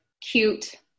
cute